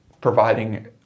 providing